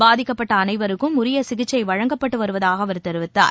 பாதிக்கப்பட்ட அனைவருக்கும் உரியசிகிச்சைவழங்கப்பட்டுவருவதாகஅவர் தெரிவித்தார்